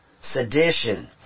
sedition